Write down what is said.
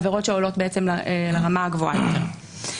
אלה עבירות שעולות לרמה הגבוהה יותר.